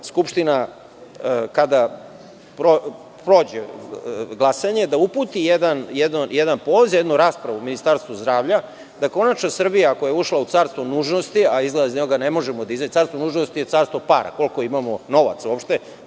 Skupština, kada prođe glasanje, uputi jedan poziv za jednu raspravu Ministarstvu zdravlja, da konačno Srbija, ako je ušla u carstvo nužnosti, a izgleda iz njega ne možemo da izađemo, carstvo nužnosti je carstvo para, koliko imamo novaca uopšte